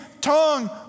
tongue